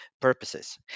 purposes